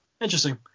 Interesting